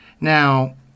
Now